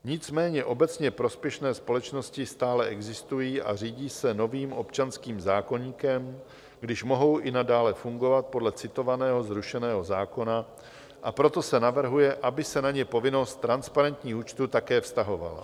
Nicméně obecně prospěšné společnosti stále existují a řídí se novým občanským zákoníkem, když mohou i nadále fungovat podle citovaného zrušeného zákona, a proto se navrhuje, aby se na ně povinnost transparentních účtů také vztahovala.